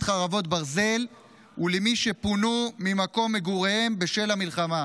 חרבות ברזל ולמי שפונו ממקום מגוריהם בשל המלחמה.